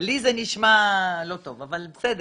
לי זה נשמע לא טוב, אבל בסדר.